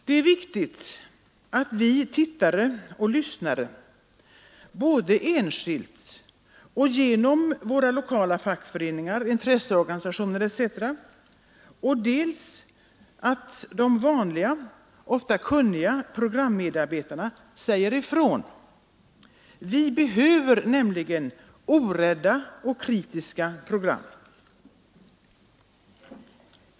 Det är viktigt att dels vi tittare och lyssnare både enskilt och genom våra lokala fackföreningar, intresseorganisationer etc., dels de vanliga, ofta kunniga, programmedarbetarna säger ifrån. Vi behöver nämligen orädda och kritiska program.